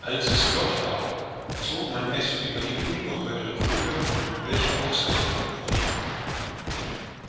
als es flott war zog man es über die ungeheure grube welche ausgehauen wurde